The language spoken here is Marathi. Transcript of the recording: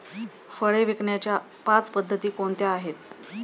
फळे विकण्याच्या पाच पद्धती कोणत्या आहेत?